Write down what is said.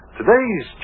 Today's